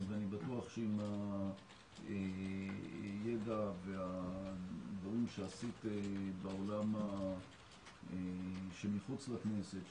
אני בטוח שעם הידע והדברים שעשית בעולם שמחוץ לכנסת,